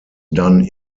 done